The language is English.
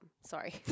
Sorry